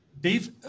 Dave